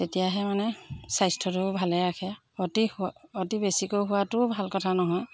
তেতিয়াহে মানে স্বাস্থ্যটো ভালে ৰাখে অতি অতি বেছিকৈ শোৱাটোও ভাল কথা নহয়